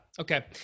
Okay